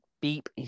beep